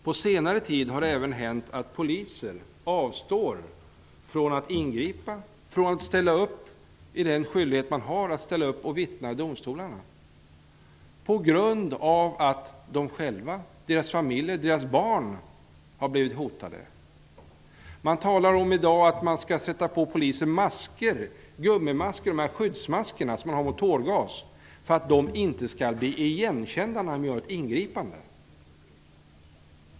På senare tid har det hänt att även poliser avstår från att ingripa och från att fullgöra sin skyldighet att ställa upp och vittna i domstolarna, detta på grund av att de själva, deras familjer eller deras barn har blivit hotade. Man talar i dag om att poliser skall bära masker -- sådana skyddsmasker som man använder mot tårgas -- för att de inte skall bli igenkända när de gör ett ingripande.